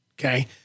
okay